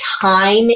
time